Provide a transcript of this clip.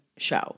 show